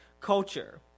culture